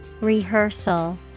Rehearsal